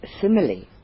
simile